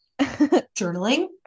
journaling